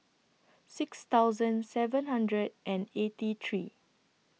six thousand seven hundred and eighty three